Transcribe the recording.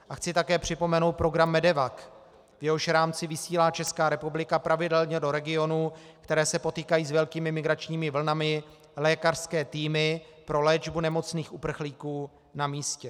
A chci také připomenout program MEDEVAC, v jehož rámci vysílá Česká republika pravidelně do regionů, které se potýkají s velkými migračními vlnami, lékařské týmy pro léčbu nemocných uprchlíků na místě.